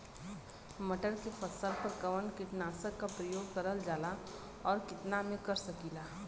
मटर के फसल पर कवन कीटनाशक क प्रयोग करल जाला और कितना में कर सकीला?